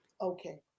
Okay